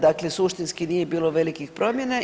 Dakle, suštinski nije bilo velikih promjena.